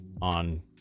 on